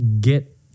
get